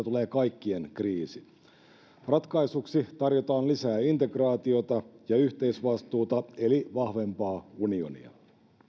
tulee kaikkien kriisi ratkaisuksi tarjotaan lisää integraatiota ja yhteisvastuuta eli vahvempaa unionia